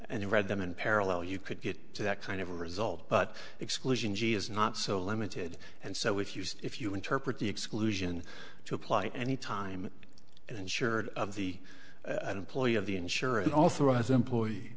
and read them in parallel you could get that kind of result but exclusion gee is not so limited and so if you see if you interpret the exclusion to apply any time and shared of the an employee of the insurance authorize employee